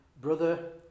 brother